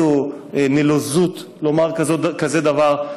איזו נלוזות לומר כזה דבר.